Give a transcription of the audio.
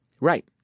Right